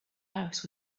house